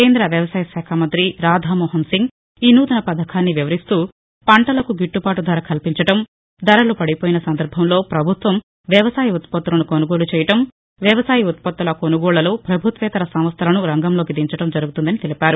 కేంద వ్యవసాయశాఖ మంతి రాధామోహన్ సింగ్ ఈ నూతన పథకాన్ని వివరిస్తూ పంటలకు గిట్టుబాటు ధర కల్పించడం ధరలు పడిపోయిన సందర్బంలో ప్రభుత్వం వ్యవసాయ ఉత్పత్తులను కొనుగోలు చేయడం వ్యవసాయ ఉత్పత్తుల కొనుగోళ్లలో పభుత్వేతర సంస్టలను రంగంలోకి దించడం జరుగుతుందని తెలిపారు